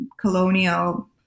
colonial